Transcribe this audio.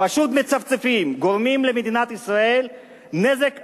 פשוט מצפצפים, גורמים למדינת ישראל נזק אדיר.